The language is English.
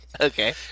Okay